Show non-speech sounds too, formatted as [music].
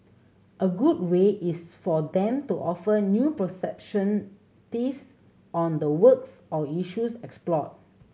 a good way is for them to offer new perception [unintelligible] on the works or issues explored